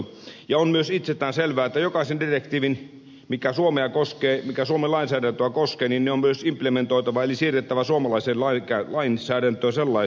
on myös itsestään selvää että jokainen direktiivi joka suomen lainsäädäntöä koskee on myös implementoitava eli siirrettävä suomalaiseen lainsäädäntöön sellaisenaan